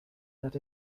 that